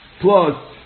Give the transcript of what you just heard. plus